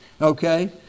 okay